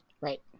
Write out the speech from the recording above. Right